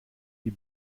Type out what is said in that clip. die